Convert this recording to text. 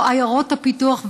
לא עיירות הפיתוח,